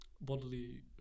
bodily